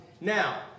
Now